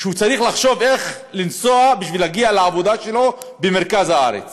שהוא צריך לחשוב איך לנסוע בשביל להגיע לעבודה במרכז הארץ,